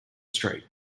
street